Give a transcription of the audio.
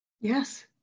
Yes